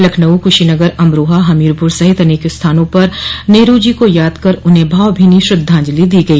लखनऊ कुशीनगर अमरोहा हमीरपुर सहित अनेकों स्थानों पर नेहरू जी को याद कर उन्हें भावभीनी श्रद्धाजंलि दी गई